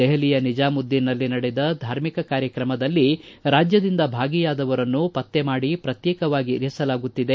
ದೆಹಲಿಯ ನಿಜಾಮುದ್ದೀನ್ನಲ್ಲಿ ನಡೆದ ಧಾರ್ಮಿಕ ಕಾರ್ಯಕ್ರಮದಲ್ಲಿ ರಾಜ್ಯದಿಂದ ಭಾಗಿಯಾದವರನ್ನು ಪತ್ತೆ ಮಾಡಿ ಪ್ರತ್ಯೇಕವಾಗಿರಿಸಲಾಗುತ್ತಿದೆ